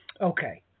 Okay